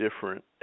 different